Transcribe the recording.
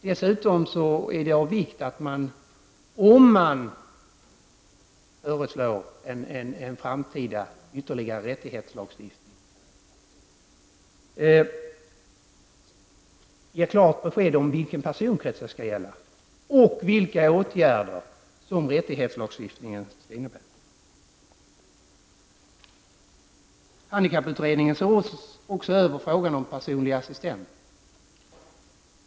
Det är dessutom av vikt att man, om man föreslår en framtida ytterligare rättighetslagstiftning, ger klart besked om vilken personkrets det skall gälla och vilka åtgärder som rättighetslagstiftningen skall innebära. Handikapputredningen ser också över frågan om personliga assistenter.